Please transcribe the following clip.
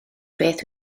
beth